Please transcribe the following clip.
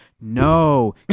no